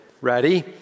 Ready